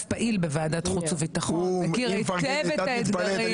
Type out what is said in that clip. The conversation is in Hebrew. פעיל בוועדת חוץ וביטחון ומכיר היטב את האתגרים.